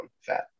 fat